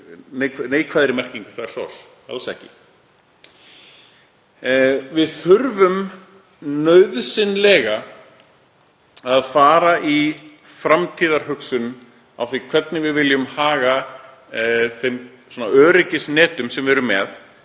neikvæðri merkingu þess orðs, alls ekki. Við þurfum nauðsynlega að fara í framtíðarhugsun á því hvernig við viljum haga þeim öryggisnetum sem við erum með